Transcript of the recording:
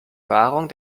wahrung